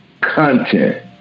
content